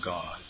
God